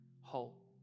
whole